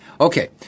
Okay